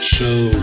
Show